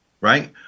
right